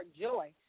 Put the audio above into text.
joy